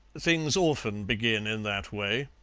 things often begin in that way.